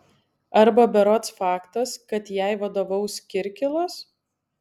arba berods faktas kad jai vadovaus kirkilas